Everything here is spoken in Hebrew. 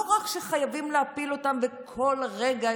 לא רק שחייבים להפיל אותם וכל רגע,